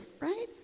right